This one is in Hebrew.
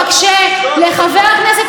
איזה התנצל?